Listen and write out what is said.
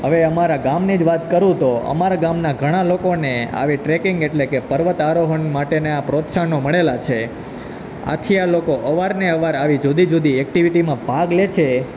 હવે અમારા ગામનીજ વાત કરું તો અમારા ગામના ઘણાં લોકોને આવી ટ્રેકિંગ એટલે કે પર્વત આરોહણ માટેના પ્રોત્સાહનો મળેલાં છે આથી આ લોકો અવારનવાર આવી જુદી જુદી એકટીવિટીમાં ભાગ લેછે